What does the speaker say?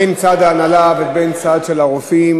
בין צד ההנהלה ובין הצד של הרופאים,